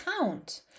count